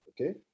okay